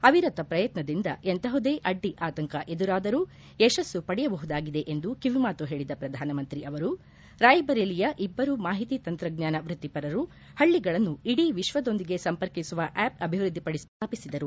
ಅವಿರತ ಪ್ರಯತ್ನದಿಂದ ಎಂತಹುದೇ ಅಡ್ಡಿ ಆತಂಕ ಎದುರಾದರೂ ಯಶಸ್ಸು ಪಡೆಬಹುದಾಗಿದೆ ಎಂದು ಕಿವಿ ಮಾತು ಪೇಳಿದ ಪ್ರಧಾನಮಂತ್ರಿ ಅವರು ರಾಯ್ಬರೆಲಿಯ ಇಬ್ಬರು ಮಾಹಿತಿ ತಂತ್ರಜ್ಞಾನ ವ್ಯಕ್ತಿಪರರು ಪಳಿಗಳನ್ನು ಇಡಿ ವಿಶ್ವದೊಂದಿಗೆ ಸಂಪರ್ಕಿಸುವ ಆ್ಯಪ್ ಅಭಿವೃದ್ಧಿಪಡಿಸಿರುವುದನ್ನು ಪ್ರಸ್ತಾಪಿಸಿದರು